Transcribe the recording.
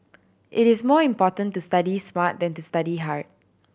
it is more important to study smart than to study hard